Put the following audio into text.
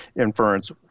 inference